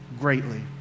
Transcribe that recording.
greatly